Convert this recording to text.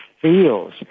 feels